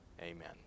amen